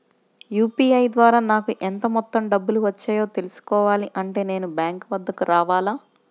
UPI ద్వారా నాకు ఎంత మొత్తం డబ్బులు వచ్చాయో తెలుసుకోవాలి అంటే నేను బ్యాంక్ వద్దకు రావాలా?